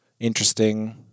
interesting